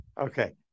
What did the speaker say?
Okay